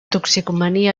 toxicomania